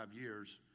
years